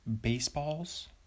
baseballs